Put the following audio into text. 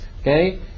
Okay